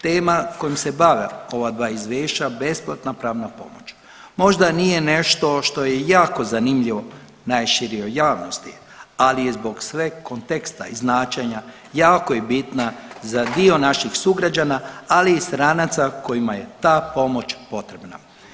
Tema kojom se bave ova dva izvješća besplatna pravna pomoć možda nije nešto što je jako zanimljivo najširoj javnosti, ali je zbog svojeg konteksta i značenja jako je bitna za dio naših sugrađana ali i stranaca kojima je ta pomoć potrebna.